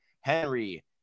Henry